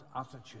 attitude